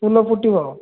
ଫୁଲ ଫୁଟିବ